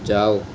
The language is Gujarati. જાઓ